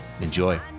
Enjoy